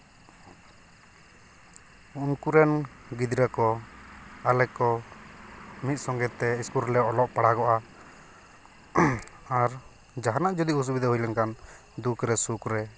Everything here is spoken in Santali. ᱩᱱᱠᱩ ᱨᱮᱱ ᱜᱤᱫᱽᱨᱟᱹ ᱠᱚ ᱟᱞᱮ ᱠᱚ ᱢᱤᱫ ᱥᱚᱸᱜᱮ ᱛᱮ ᱤᱥᱠᱩᱞ ᱨᱮᱞᱮ ᱚᱞᱚᱜ ᱯᱟᱲᱦᱟᱜᱚᱜᱼᱟ ᱟᱨ ᱡᱟᱦᱟᱱᱟᱜ ᱡᱩᱫᱤ ᱚᱥᱩᱵᱤᱫᱟ ᱦᱩᱭ ᱞᱮᱱᱠᱷᱟᱱ ᱫᱩᱠ ᱨᱮ ᱥᱩᱠᱷ ᱨᱮ